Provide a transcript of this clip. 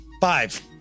Five